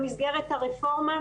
במסגרת הרפורמה,